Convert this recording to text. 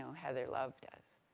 heather love does.